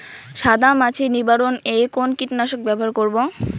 সাদা মাছি নিবারণ এ কোন কীটনাশক ব্যবহার করব?